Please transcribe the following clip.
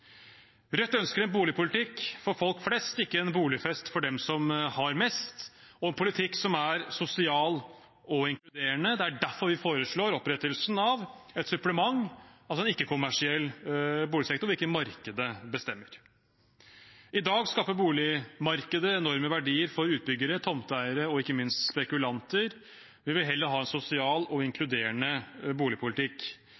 Rødt ønsker en boligpolitikk for folk flest, ikke en boligfest for dem som har mest – en politikk som er sosial og inkluderende. Det er derfor vi foreslår opprettelsen av et supplement, altså en ikke-kommersiell boligsektor hvor ikke markedet bestemmer. I dag skaper boligmarkedet enorme verdier for utbyggere, tomteeiere og ikke minst spekulanter. Vi vil heller ha en sosial og